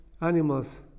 animals